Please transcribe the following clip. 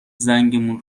زنگمون